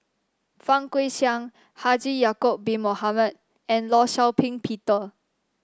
Fang Guixiang Haji Ya'acob Bin Mohamed and Law Shau Ping Peter